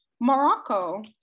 Morocco